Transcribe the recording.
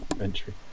entry